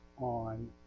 on